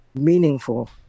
meaningful